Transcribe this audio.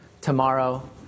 tomorrow